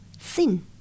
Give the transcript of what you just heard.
sin